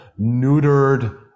neutered